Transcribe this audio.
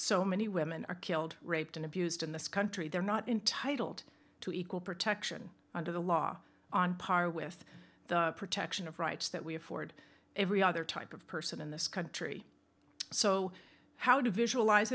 so many women are killed raped and abused in this country they're not intitled to equal protection under the law on par with the protection of rights that we afford every other type of person in this country so how do visualize